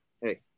hey